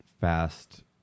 Fast